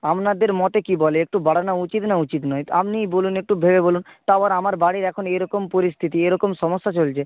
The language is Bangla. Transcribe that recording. আপনাদের মতে কী বলে একটু বাড়ানো উচিত না উচিত নয় আপনিই বলুন একটু ভেবে বলুন তার উপর আমার বাড়ির এখন এইরকম পরিস্থিতি এরকম সমস্যা চলছে